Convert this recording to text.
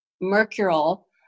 Mercurial